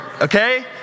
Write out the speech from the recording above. okay